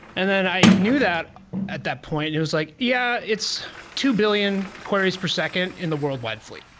and then i knew that at that point. it was like, yeah, it's two billion queries per second in the worldwide fleet.